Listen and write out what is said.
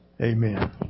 Amen